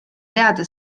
teada